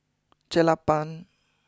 Jelapang